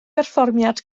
berfformiad